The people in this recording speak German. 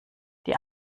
die